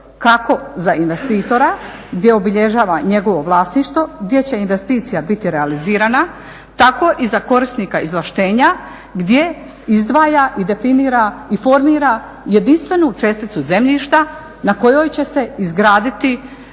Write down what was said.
kako za investitora gdje obilježava njegovo vlasništvo, gdje će investicija biti realizirana, tako i za korisnika izvlaštenja gdje izdvaja i definira i formira jedinstvenu česticu zemljišta na kojoj će se izgraditi